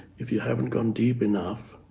if you haven't gone deep enough,